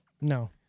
No